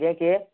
ଆଜ୍ଞା କିଏ